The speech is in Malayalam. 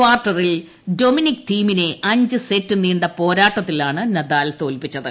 കാർട്ടറിൽ ഡൊമിനിക് തീമിനെ അഞ്ച് സെറ്റ് നീണ്ട പോരാട്ടത്തിലാണ് നദാൽ തോൽപിച്ചത്